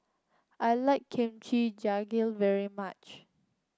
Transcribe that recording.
I like Kimchi Jjigae very much